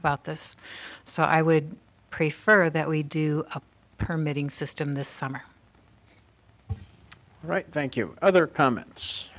about this so i would prefer that we do a permitting system this summer right thank you other comments